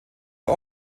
der